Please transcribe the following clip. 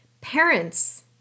parents